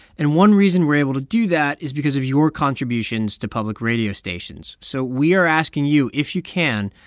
and one reason we're able to do that is because of your contributions to public radio stations. so we are asking you, if you can,